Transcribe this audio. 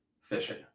fishing